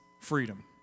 freedom